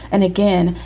and again,